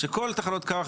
שכל תחנות הכוח,